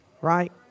right